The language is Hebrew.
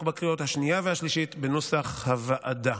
בקריאות השנייה והשלישית בנוסח הוועדה.